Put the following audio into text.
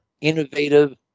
innovative